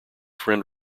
friend